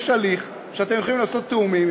יש הליך שאתם יכולים לעשות תיאומים.